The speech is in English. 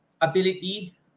ability